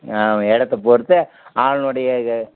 இடத்த பொறுத்தே ஆளுனுடைய